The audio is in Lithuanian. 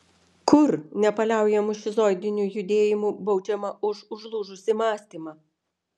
kur nepaliaujamu šizoidiniu judėjimu baudžiama už užlūžusį mąstymą